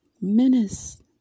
menace